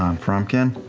um frumpkin,